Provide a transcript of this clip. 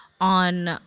on